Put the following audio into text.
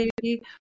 baby